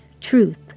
Truth